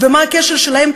ומה הקשר שלהם,